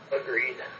Agreed